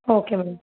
okay madam